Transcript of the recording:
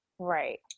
Right